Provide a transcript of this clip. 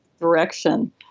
direction